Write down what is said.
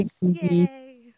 Yay